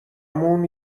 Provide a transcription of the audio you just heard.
مون